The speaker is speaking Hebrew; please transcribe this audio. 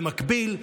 במקביל,